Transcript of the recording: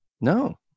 No